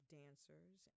dancers